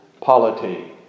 polity